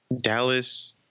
dallas